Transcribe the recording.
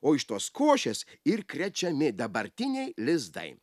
o iš tos košės ir krečiami dabartiniai lizdai